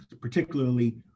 particularly